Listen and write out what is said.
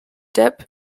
depp